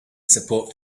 support